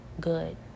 good